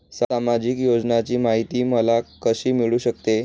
सामाजिक योजनांची माहिती मला कशी मिळू शकते?